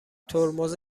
ترمز